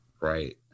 Right